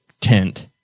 tent